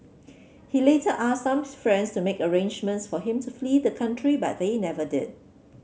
he later asked some friends to make arrangements for him to flee the country but they never did